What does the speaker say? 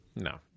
No